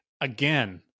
Again